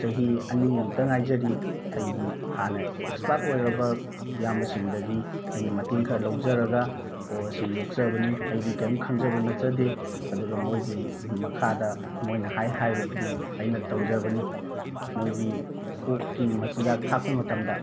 ꯆꯍꯤ ꯑꯅꯤꯃꯨꯛꯇ ꯉꯥꯏꯖꯔꯤ ꯑꯩꯒꯤ ꯍꯥꯟꯅ ꯑꯦꯛꯁꯄꯥꯔꯠ ꯑꯣꯏꯔꯕ ꯏꯌꯥꯝꯕꯁꯤꯡꯗꯒꯤ ꯑꯩꯅ ꯃꯇꯦꯡ ꯈꯔ ꯂꯧꯖꯔꯒ ꯑꯣꯛ ꯑꯁꯤ ꯌꯣꯛꯆꯕꯅꯤ ꯑꯩꯗꯤ ꯀꯩꯝꯇ ꯈꯪꯖꯕ ꯅꯠꯆꯗꯦ ꯑꯗꯨꯒ ꯃꯣꯏꯒꯤ ꯃꯈꯥꯗ ꯃꯣꯏꯅ ꯍꯥꯏ ꯍꯥꯏꯕ ꯈꯨꯗꯤꯡ ꯑꯩꯅ ꯇꯧꯖꯕꯅꯤ ꯃꯣꯏꯒꯤ ꯑꯣꯛꯀꯤ ꯃꯆꯤꯟꯖꯥꯛ ꯊꯥꯛꯄ ꯃꯇꯝꯗ